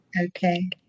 Okay